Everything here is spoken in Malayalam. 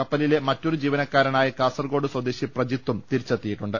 കപ്പലിലെ മറ്റൊരു ജീവനക്കാരനായ കാസർകോട് സ്വദേശി പ്രജിത്തും തിരിച്ചെത്തിയിട്ടുണ്ട്